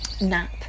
nap